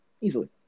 easily